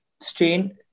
strain